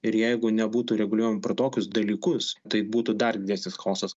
ir jeigu nebūtų reguliuojama pro tokius dalykus tai būtų dar didesnis chaosas